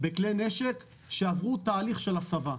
בכלי נשק שעברו תהליך של הסבה.